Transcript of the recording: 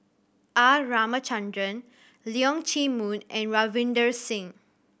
R Ramachandran Leong Chee Mun and Ravinder Singh